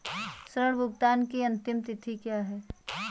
ऋण भुगतान की अंतिम तिथि क्या है?